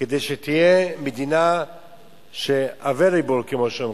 כדי שתהיה מדינהviable , כמו שאומרים,